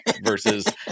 versus